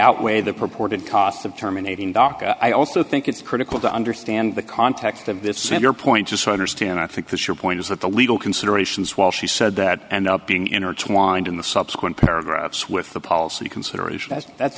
outweigh the purported costs of terminating doc i also think it's critical to understand the context of this center point just to understand i think that your point is that the legal considerations while she said that end up being in are twined in the subsequent paragraphs with the policy consideration as that's